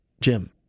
Jim